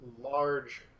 large